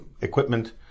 equipment